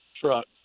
truck